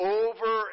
over